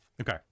Okay